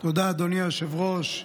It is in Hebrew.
תודה, אדוני היושב-ראש.